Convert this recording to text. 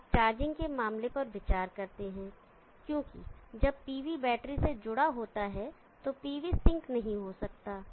अब चार्जिंग के मामले पर विचार करते हैं क्योंकि जब pv बैटरी से जुड़ा होता है तो pv सिंक नहीं हो सकता है